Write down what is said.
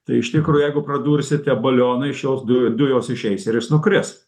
tai iš tikro jeigu pradursite balioną šios du dujos išeis ir jis nukris